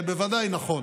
זה ודאי נכון,